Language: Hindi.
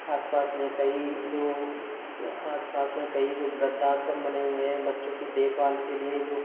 आस पास में कई जो आस पास में कई जो वृद्ध आश्रम बने हुए हैं बच्चों की देखभाल के लिए जो